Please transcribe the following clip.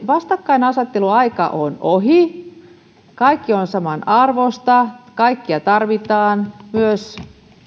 vastakkainasettelun aika on ohi kaikki on samanarvoista kaikkea tarvitaan myös